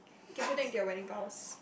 you can put that into your wedding vows